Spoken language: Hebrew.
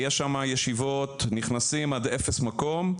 יש שמה ישיבות, נכנסים עד אפס מקום.